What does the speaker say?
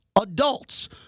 adults